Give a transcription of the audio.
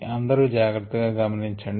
అందరూ జాగ్రత్తగా గమనించండి